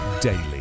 daily